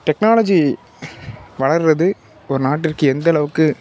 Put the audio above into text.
technology வளர்வது ஒரு நாட்டிற்கு எந்த அளவுக்கு